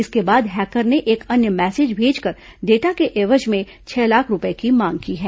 इसके बाद हैकर ने एक अन्य मैसेज भेजकर डाटा के एवज में छह लाख रूपए की मांग की है